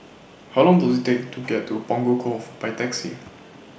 How Long Does IT Take to get to Punggol Cove By Taxi